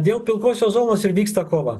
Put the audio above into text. dėl pilkosios zonos ir vyksta kova